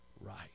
right